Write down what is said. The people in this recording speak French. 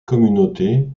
communauté